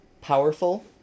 powerful